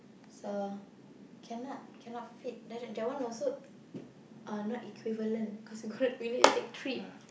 so cannot cannot fit then that one also uh not equivalent we need to take tree